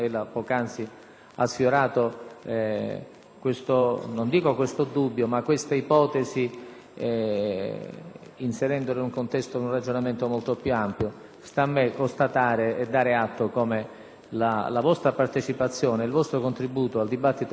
ha sfiorato quest'ipotesi inserendola nel contesto di un ragionamento molto più ampio. Sta a me constatare e dare atto di come la vostra partecipazione e il vostro contributo al dibattito parlamentare